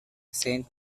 saint